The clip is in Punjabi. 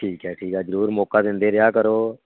ਠੀਕ ਹੈ ਠੀਕ ਹੈ ਜ਼ਰੂਰ ਮੌਕਾ ਦਿੰਦੇ ਰਿਹਾ ਕਰੋ